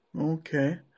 Okay